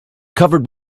covered